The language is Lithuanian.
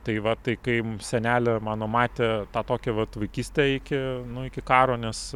tai va tai kai senelė mano matė tą tokią vat vaikystę iki nu iki karo nes